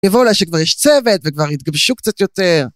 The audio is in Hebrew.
יבוא לה שכבר יש צוות וכבר יתגבשו קצת יותר